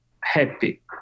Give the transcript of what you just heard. happy